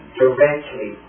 directly